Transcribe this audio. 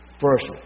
First